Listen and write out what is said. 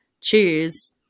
choose